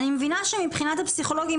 אני מבינה שמבחינת הפסיכולוגים,